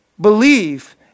believe